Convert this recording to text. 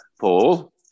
Paul